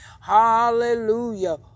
Hallelujah